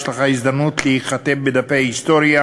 יש לך הזדמנות להיכתב בדפי ההיסטוריה